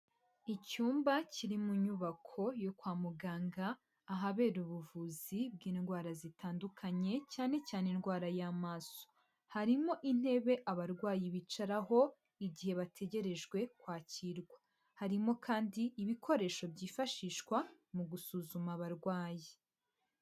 Icyumba kiri mu nyubako yo kwa muganga ahabera ubuvuzi bw'indwara zitandukanye, cyane cyane indwara y'amaso harimo intebe abarwayi bicaraho igihe bategerejwe kwakirwa, harimo kandi ibikoresho byifashishwa mu gusuzuma abarwayi.